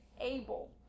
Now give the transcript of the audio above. able